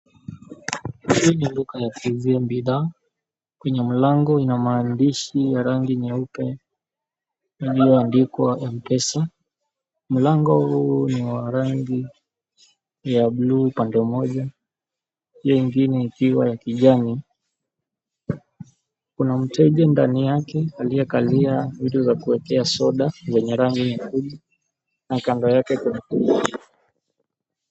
Hii ni duka ya kuuzia bidhaa, kwenye mlango Kuna maandishi ya rangi nyeupe yaliyoandikwa mpesa, mlango ni ya rangi ya blue pande moja, hio ingine ikiwa ya kijani, kuna mteja ndani yake aliyekalia vitu za kuwekea soda zenye rangi nyekundu na kando yake kuna.